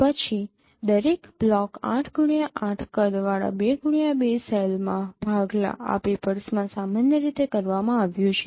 પછી દરેક block 8x8 કદવાળા 2x2 સેલમાં ભાગલા આ પેપર્સમાં સામાન્ય રીતે કરવામાં આવ્યું છે